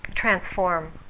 transform